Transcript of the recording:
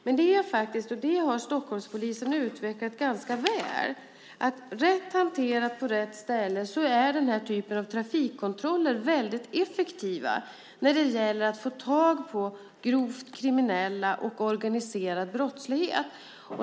Men det är faktiskt så, vilket Stockholmspolisen har utvecklat ganska väl, att rätt hanterat på rätt ställe är denna typ av trafikkontroller väldigt effektiv när det gäller att få tag på grovt kriminella och organiserad brottslighet.